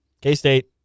K-State